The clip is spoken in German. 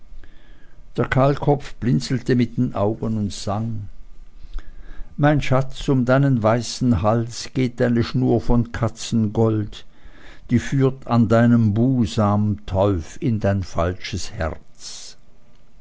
der kahlkopf blinzelte mit den augen und sang mein schatz um deinen weißen hals geht eine schnur von katzengold die führt an deinem busam teuf in dein falsches herz